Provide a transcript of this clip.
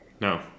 No